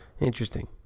Interesting